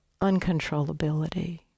uncontrollability